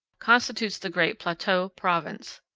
constitutes the great plateau province.